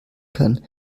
kann